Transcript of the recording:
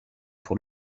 pour